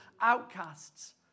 Outcasts